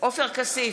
עופר כסיף,